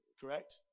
Correct